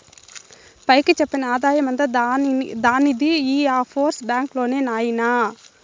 పైకి చెప్పని ఆదాయమంతా దానిది ఈ ఆఫ్షోర్ బాంక్ లోనే నాయినా